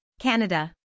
Canada